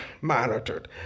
monitored